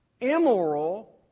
immoral